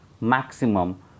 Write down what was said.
maximum